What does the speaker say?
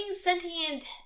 sentient